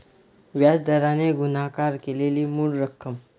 व्याज दराने गुणाकार केलेली मूळ रक्कम